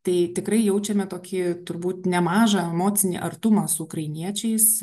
tai tikrai jaučiame tokį turbūt nemažą emocinį artumą su ukrainiečiais